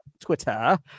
Twitter